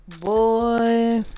Boy